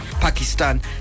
Pakistan